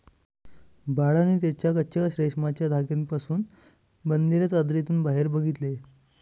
बाळाने त्याच्या कच्चा रेशमाच्या धाग्यांपासून पासून बनलेल्या चादरीतून बाहेर बघितले